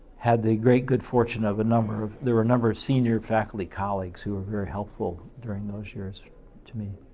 had the great good fortune of a number there were a number of senior faculty colleagues who were very helpful during those years to me.